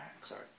Sorry